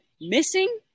missing